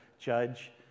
judge